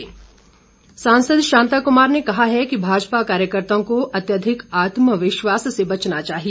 शांता कुमार सांसद शांता कृमार ने कहा है कि भाजपा कार्यकर्त्ताओं को अत्यधिक आत्मविश्वास से बचना चाहिए